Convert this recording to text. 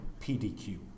PDQ